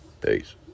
Peace